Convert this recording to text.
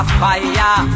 fire